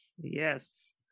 yes